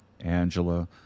Angela